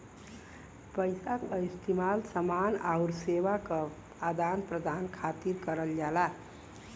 पइसा क इस्तेमाल समान आउर सेवा क आदान प्रदान खातिर करल जाला